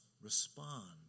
respond